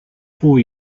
for